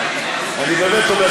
אני באמת אומר,